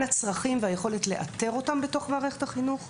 הצרכים והיכולת לאתר אותם בתוך מערכת החינוך,